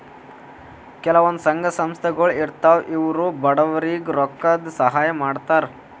ಕೆಲವಂದ್ ಸಂಘ ಸಂಸ್ಥಾಗೊಳ್ ಇರ್ತವ್ ಇವ್ರು ಬಡವ್ರಿಗ್ ರೊಕ್ಕದ್ ಸಹಾಯ್ ಮಾಡ್ತರ್